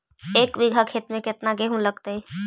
एक बिघा खेत में केतना गेहूं लगतै?